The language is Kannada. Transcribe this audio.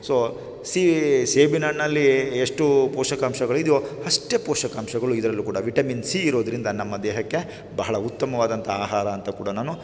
ಸೊ ಸೀ ಸೇಬಿನ ಹಣ್ಣಲ್ಲಿ ಎಷ್ಟು ಪೋಷಕಾಂಶಗಳಿದೆಯೋ ಅಷ್ಟೇ ಪೋಷಕಾಂಶಗಳು ಇದರಲ್ಲೂ ಕೂಡ ವಿಟಮಿನ್ ಸಿ ಇರೋದರಿಂದ ನಮ್ಮ ದೇಹಕ್ಕೆ ಬಹಳ ಉತ್ತಮವಾದಂಥ ಆಹಾರ ಅಂತ ಕೂಡ ನಾನು